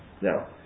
now